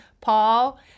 Paul